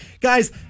Guys –